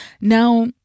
Now